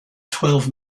twelve